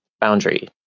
boundary